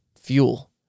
fuel